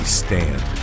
stand